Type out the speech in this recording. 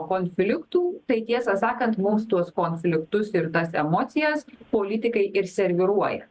konfliktų tai tiesą sakant mums tuos konfliktus ir tas emocijas politikai ir serviruoja